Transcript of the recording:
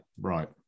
right